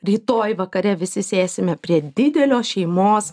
rytoj vakare visi sėsime prie didelio šeimos